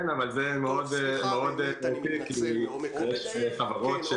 טוב, סליחה, באמת אני מתנצל מעומק הלב.